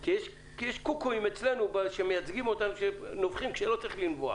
כי יש קוקואים אצלנו שמייצגים אותם שנובחים כשלא צריך לנבוח.